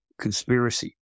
conspiracy